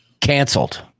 canceled